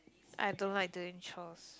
I don't like doing chores